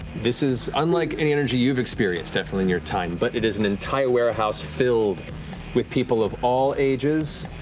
this is unlike any energy you've experienced, definitely, in your time, but it is an entire warehouse filled with people of all ages,